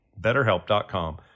betterhelp.com